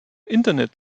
internet